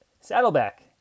Saddleback